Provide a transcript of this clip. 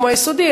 כמו ביסודי,